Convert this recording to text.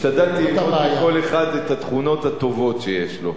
השתדלתי למצוא בכל אחד את התכונות הטובות שיש לו.